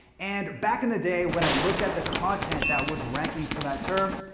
and back in the day when i looked at the content that was ranking for that term,